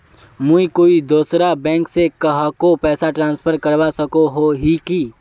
मुई कोई दूसरा बैंक से कहाको पैसा ट्रांसफर करवा सको ही कि?